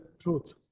Truth